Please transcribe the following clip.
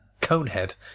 Conehead